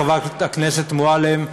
חברת הכנסת מועלם,